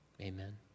Amen